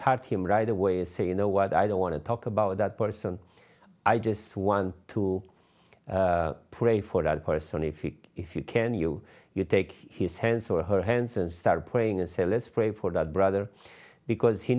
cut him right away or say you know what i don't want to talk about that person i just want to pray for that person if you if you can you you take his hands or her hands and start praying and selous pray for that brother because he